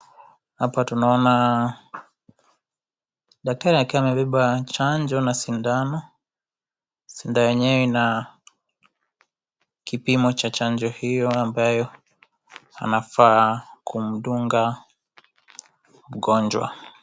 Hapa tunaona daktari akiwa amebeba chanjo na sindano, Sindano yenyewe Ina kipimo Cha chanjo hiyo ambayo anafaa kumdunga mgonjwa .